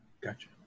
Gotcha